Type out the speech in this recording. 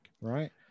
right